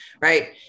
right